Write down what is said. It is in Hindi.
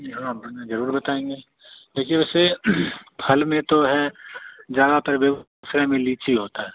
हाँ अपन ज़रूर बताएँगे देखिए वैसे फल में तो है ज़्यादातर बेगूसराय में लीची होती है